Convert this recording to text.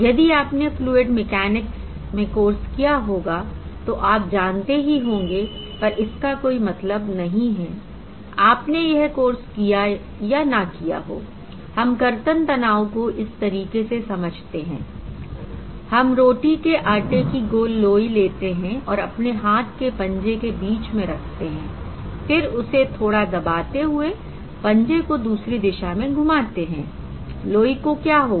यदि आपने fluid mechanics में कोर्स किया होगा तो आप जानते ही होंगे पर इसका कोई मतलब नहीं हैI आपने यह कोर्स किया या ना किया हो हम कर्तन तनाव को इस तरीके से समझते हैं I हम रोटी के आटे की गोल लोई लेते हैं और अपने हाथ के पंजे के बीच में रखते हैं फिर उसे थोड़ा दबाते हुए पंजे को दूसरी दिशा में घुमाते हैं लोई को क्या होगा